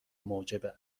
موجب